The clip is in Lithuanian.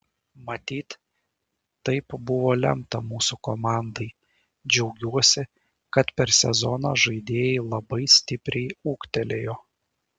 matyt taip buvo lemta mūsų komandai džiaugiuosi kad per sezoną žaidėjai labai stipriai ūgtelėjo